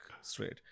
straight